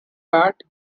fat